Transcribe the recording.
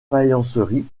faïencerie